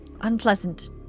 unpleasant